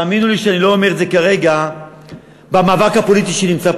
תאמינו לי שאני לא אומר את זה כרגע במאבק הפוליטי פה,